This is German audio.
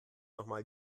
nochmal